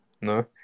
No